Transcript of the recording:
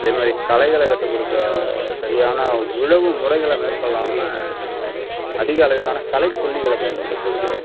அது மாதிரி களைகளை கட்டுபடுத்த சரியான உழவு முறைகளை மேற்கொள்ளாமல் அதிக அளவிலான களை கொல்லிகளை பயன்படுத்துறது